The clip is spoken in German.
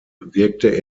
wirkte